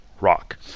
rock